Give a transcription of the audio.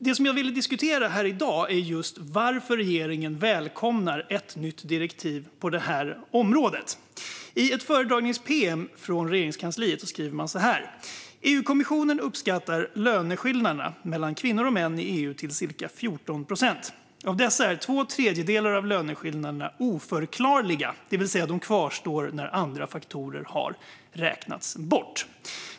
Det jag vill diskutera här i dag är varför regeringen välkomnar ett nytt direktiv på detta område. I ett föredragnings-pm från Regeringskansliet skriver man så här: EU-kommissionen uppskattar löneskillnaderna mellan kvinnor och män i EU till cirka 14 procent. Av dessa är två tredjedelar oförklarliga - det vill säga de kvarstår när andra faktorer har räknats bort.